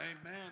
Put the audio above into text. Amen